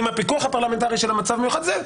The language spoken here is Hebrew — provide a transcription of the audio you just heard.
עם הפיקוח הפרלמנטרי של המצב המיוחד הזה,